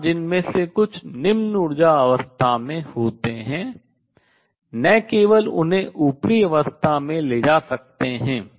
और जिनमें से कुछ निम्न ऊर्जा अवस्था में होते हैं न केवल उन्हें ऊपरी अवस्था में ले जा सकते हैं